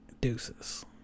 Deuces